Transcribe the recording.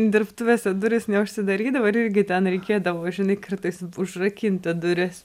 dirbtuvėse durys neužsidarydavo irgi ten reikėdavo žinai kartais užrakinti duris